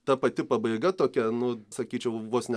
ta pati pabaiga tokia nu sakyčiau vos ne